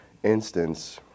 instance